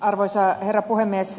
arvoisa herra puhemies